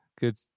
good